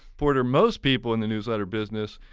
porter, most people in the newsletter business,